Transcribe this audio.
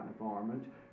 environment